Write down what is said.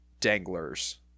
Danglers